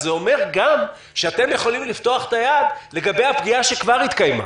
זה אומר גם שאתם יכולים לפתוח את היד לגבי הפגיעה שכבר התקיימה.